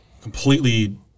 completely